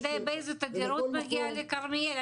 אתה יודע באיזו תדירות מגיעה לכרמיאל?